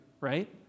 right